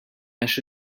għax